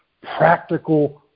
practical